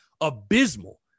abysmal